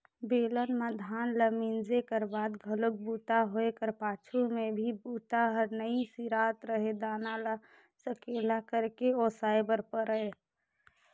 बेलन म धान ल मिंजे कर बाद घलोक बूता होए कर पाछू में भी बूता हर नइ सिरात रहें दाना ल सकेला करके ओसाय बर परय